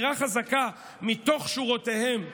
הקרוב להגירה חזקה מתוך שורותיהם לשורותינו".